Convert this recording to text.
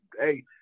hey